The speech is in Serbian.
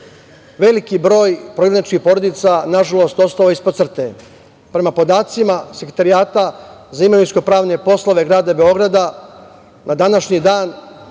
Veliki broj prognaničkih porodica, nažalost, ostao je ispod crte. Prema podacima Sekretarijata za imovinsko-pravne poslove grada Beograda, na današnji dan